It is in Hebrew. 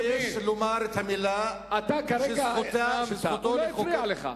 רק התבייש לומר את המלה שזכותו לחוקק לך,